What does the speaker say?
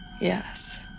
Yes